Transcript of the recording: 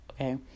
okay